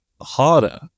harder